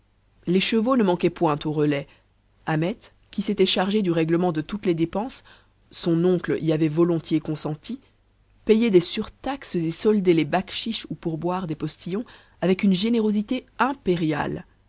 les chevaux ne manquaient point aux relais ahmet qui s'était chargé du règlement de toutes les dépenses son oncle y avait volontiers consenti payait des surtaxes et soldait les bakhchichs ou pourboires des postillons avec une générosité impériale